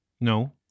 No